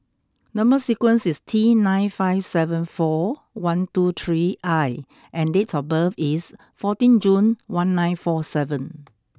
number sequence is T nine five seven four one two three I and date of birth is fourteen June one nine four seven